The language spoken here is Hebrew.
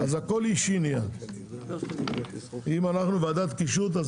הכול נהיה אישי אם אנחנו ועדת קישוט,